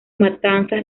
matanzas